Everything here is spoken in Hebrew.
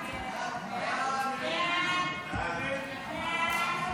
ההצעה להעביר את הצעת חוק